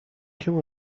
kill